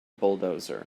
bulldozer